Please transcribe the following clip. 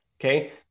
okay